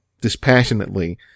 dispassionately